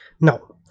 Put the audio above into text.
now